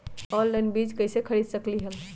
Online बीज कईसे खरीद सकली ह?